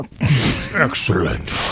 Excellent